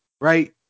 right